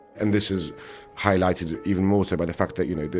and this is highlighted even more so by the fact that, you know,